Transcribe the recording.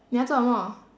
你要做什么